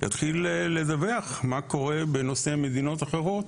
יתחיל לדווח גם מה קורה בתחום הזה במדינות אחרות.